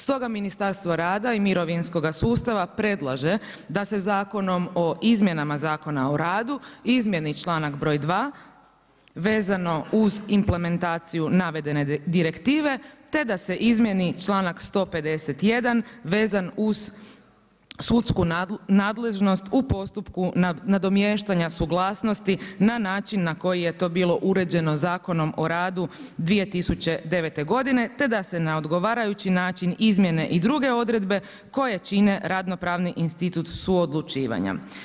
Stoga Ministarstvo rada i mirovinskoga ustava, predlaže da se Zakonom o izmjenama Zakona o radu izmjeni članak broj 2. vezno uz implementaciju navedene direktive, te da se izmjeni članak 151. vezan uz sudsku nadležnost, u postupku nadomještanja suglasnosti, na način na koji je to bilo uređeno Zakonom o radu 2009. g. te da se na odgovarajući način izmjene i druge odredbe koje čine radno pravni institut suodlučivanja.